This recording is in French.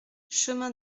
chemin